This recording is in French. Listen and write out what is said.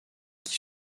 qui